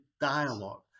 dialogue